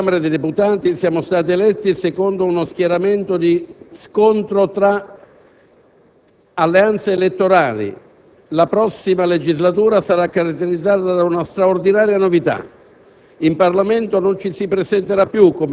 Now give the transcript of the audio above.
del Parlamento, come alla Camera dei deputati, siamo stati eletti secondo uno schieramento di scontro tra alleanze elettorali. La prossima legislatura sarà caratterizzata da una straordinaria novità: